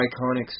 iconic